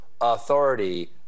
authority